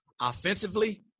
Offensively